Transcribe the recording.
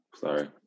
sorry